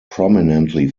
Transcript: prominently